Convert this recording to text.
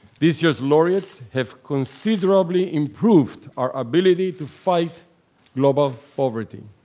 this year's laureates have considerably improved our ability to fight global poverty.